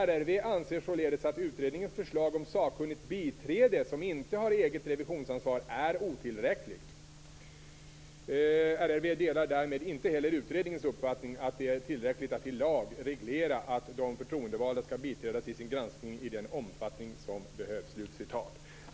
RRV anser således att utredningens förslag om sakkunnigt biträde som inte har eget revisionsansvar är otillräckligt. RRV delar därmed inte heller utredningens uppfattning att det är tillräckligt att i lag reglera att de förtroendevalda skall biträdas i sin granskning i den omfattning som behövs."